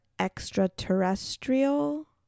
Extraterrestrial